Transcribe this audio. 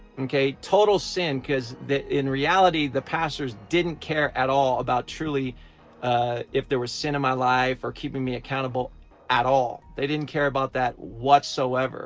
total sin. because that in reality the pastors didn't care at all about truly if there was sin in my life or keeping me accountable at all they didn't care about that whatsoever